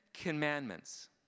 Commandments